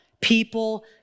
People